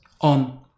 on